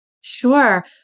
Sure